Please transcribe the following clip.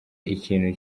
ikintu